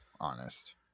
honest